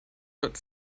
but